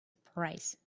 price